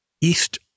east